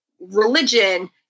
religion